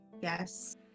yes